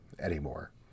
anymore